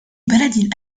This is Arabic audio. بلد